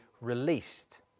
released